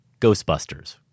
Ghostbusters